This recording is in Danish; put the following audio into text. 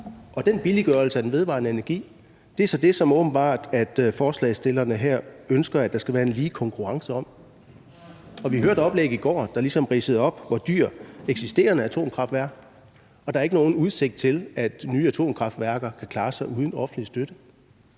Og den billiggørelse af den vedvarende energi er så åbenbart det, som forespørgerne her ønsker at der skal være en lige konkurrence om. Vi hørte et oplæg i går, der ligesom ridsede op, hvor dyr eksisterende atomkraft er, og der er ikke nogen udsigt til, at nye atomkraftværker kan klare sig uden offentlig støtte.